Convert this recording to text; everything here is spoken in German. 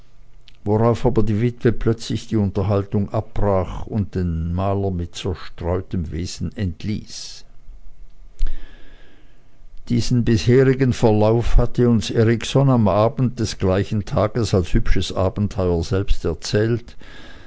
worauf aber die witwe plötzlich die unterhaltung abbrach und den maler mit zerstreutem wesen entließ diesen bisherigen verlauf hatte uns erikson am abend des gleichen tages als hübsches abenteuer selbst erzählt